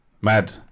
Mad